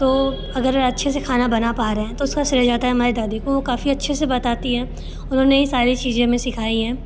तो अगर अच्छे से खाना बना पा रहे हैं तो उसका श्रेय जाता है हमारी दादी को वो काफ़ी अच्छे से बताती हैं उन्होंने ही सारी चीज़े हमें सिखाई हैं